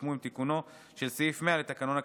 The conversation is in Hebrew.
שהוקמו עם תיקונו של סעיף 100 לתקנון הכנסת.